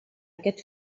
aquest